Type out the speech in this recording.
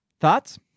Thoughts